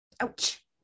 Ouch